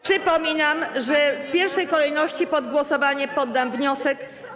Przypominam, że w pierwszej kolejności pod głosowanie poddam wniosek.